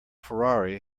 ferrari